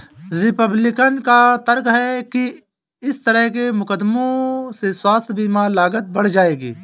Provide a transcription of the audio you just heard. Republican का तर्क है कि इस तरह के मुकदमों से स्वास्थ्य बीमा लागत बढ़ जाएगी